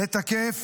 לתקף